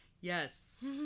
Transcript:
Yes